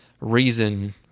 reason